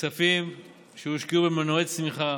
כספים שיושקעו במנועי צמיחה,